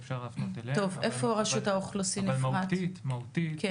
בעצם נופלת על